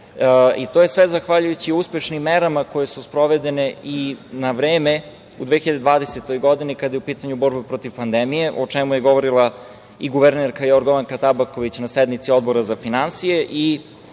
i to je sve zahvaljujući uspešnim merama koje su sprovedene i na vreme u 2020. godini, kada je u pitanju borba protiv pandemije, a o čemu je govorila i guvernerka Jorgovanka Tabaković na sednici Odbora za finansije.